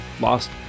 lost